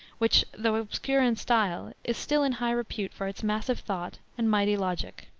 which, though obscure in style, is still in high repute for its massive thought and mighty logic.